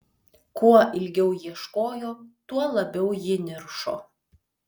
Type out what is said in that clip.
kuo ilgiau ieškojo tuo labiau ji niršo